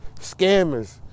scammers